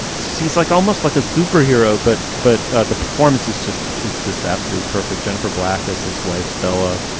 seems like almost like a superhero. but but the performance is just is just absolutely perfect. jennifer black is his wife. stella,